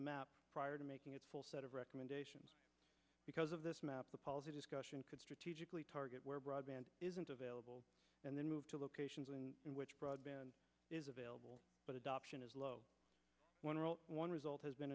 prior to making its full set of recommendation because of this map the policy discussion could strategically target where broadband isn't available and then move to locations in which broadband is available but adoption is low one result has been